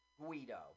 Guido